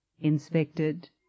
inspected